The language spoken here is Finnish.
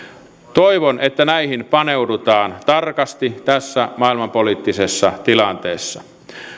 toivon että näihin paneudutaan tarkasti tässä maailmanpoliittisessa tilanteessa